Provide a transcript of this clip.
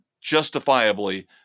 justifiably